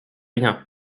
rien